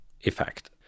effect